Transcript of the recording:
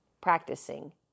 practicing